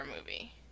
movie